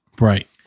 Right